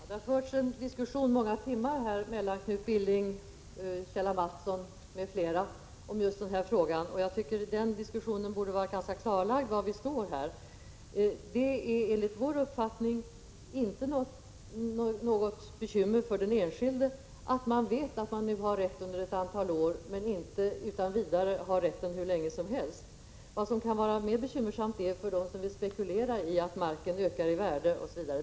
Fru talman! Det har här under många timmar förts en diskussion mellan Knut Billing, Kjell A. Mattsson m.fl. om den här frågan, och jag tycker att det efter den diskussionen borde vara ganska klart var vi står. Det är enligt vår uppfattning inte något bekymmer för den enskilde att man vet att man nu har rätten under ett antal år men inte utan vidare har rätten hur länge som helst. Det kan vara mer bekymmersamt för dem som vill spekulera i att marken ökar i värde, osv.